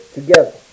together